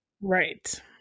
right